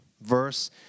Verse